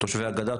תושבי הגדה,